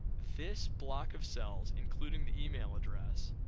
this block of cells, including the email address,